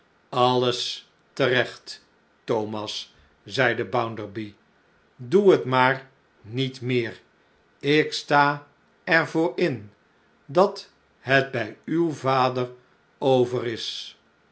alles terecht thomas zeide bounderby doe het maar niet meer ik sta er voor in dat het bij uw vader over is